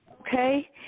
Okay